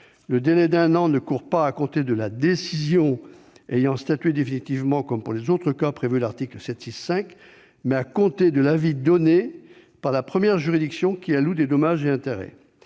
le délai d'un an ne court pas à compter de la décision ayant statué définitivement, comme pour les autres cas prévus à l'article 706-5, mais à compter de l'avis donné par la première juridiction qui alloue des dommages et intérêts,